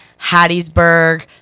Hattiesburg